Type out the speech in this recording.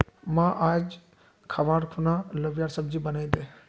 मां, आइज खबार खूना लोबियार सब्जी बनइ दे